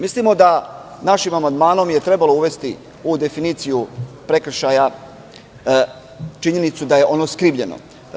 Mislimo da je našim amandmanom trebalo uvesti u definiciju prekršaja činjenicu da je ono skrivljeno.